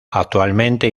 actualmente